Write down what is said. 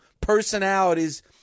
personalities